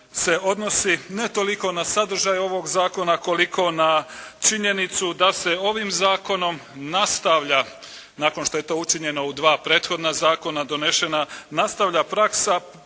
se odnosi ne toliko na sadržaj ovoga zakona koliko na činjenicu da se ovim zakonom nastavlja nakon što je to učinjeno u dva prethodna zakona donešena nastavlja praksa